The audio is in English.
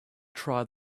try